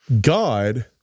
God